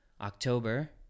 October